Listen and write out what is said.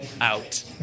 out